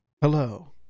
Hello